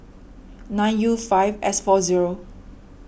nine U five S four zero